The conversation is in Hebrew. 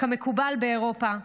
כמקובל באירופה,